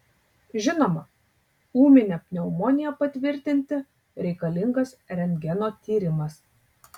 žinoma ūminę pneumoniją patvirtinti reikalingas rentgeno tyrimas